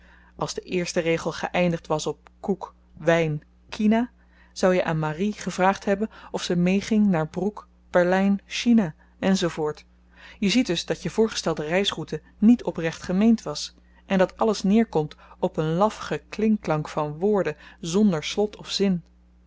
als de eerste regel geëindigd was op koek wyn kina zou je aan marie gevraagd hebben of ze meeging naar broek berlyn china en zoo voort je ziet dus dat je voorgestelde reisroute niet oprecht gemeend was en dat alles neerkomt op een laf geklinkklank van woorden zonder slot of zin